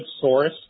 source